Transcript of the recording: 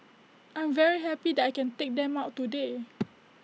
I'm very happy that I can take them out today